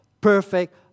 Perfect